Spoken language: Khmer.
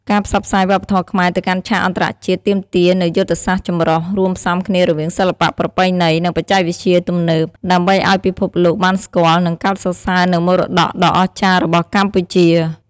ការផ្សព្វផ្សាយវប្បធម៌ខ្មែរទៅកាន់ឆាកអន្តរជាតិទាមទារនូវយុទ្ធសាស្ត្រចម្រុះ រួមផ្សំគ្នារវាងសិល្បៈប្រពៃណី និងបច្ចេកវិទ្យាទំនើប ដើម្បីឱ្យពិភពលោកបានស្គាល់ និងកោតសរសើរនូវមរតកដ៏អស្ចារ្យរបស់កម្ពុជា។